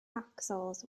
axles